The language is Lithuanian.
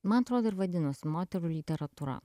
man atrodo ir vadinosi moterų literatūra